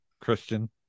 Christian